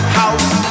house